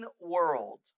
world